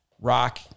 rock